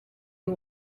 you